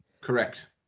Correct